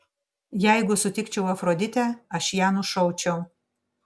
jeigu sutikčiau afroditę aš ją nušaučiau